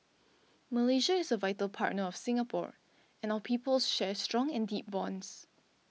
Malaysia is a vital partner of Singapore and our peoples share strong and deep bonds